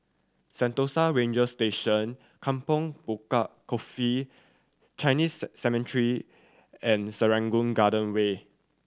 Sentosa Ranger Station Kampong Bukit Coffee Chinese Cemetery and Serangoon Garden Way